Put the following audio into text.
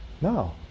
No